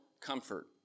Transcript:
comfort